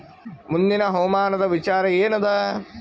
ಮುಂದಿನ ಹವಾಮಾನದ ವಿಚಾರ ಏನದ?